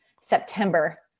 September